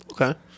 Okay